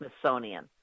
Smithsonian